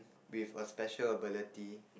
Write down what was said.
with a special ability